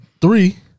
three